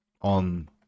on